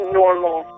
normal